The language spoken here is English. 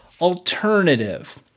alternative